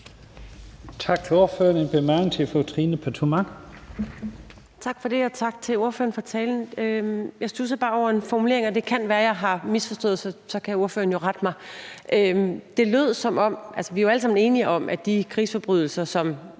Tak for det, og tak til ordføreren for talen. Jeg studsede bare over en formulering, og det kan være, at jeg har misforstået det, og så kan ordføreren jo rette mig. Vi er alle sammen enige om, at de krigsforbrydelser, som